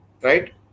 Right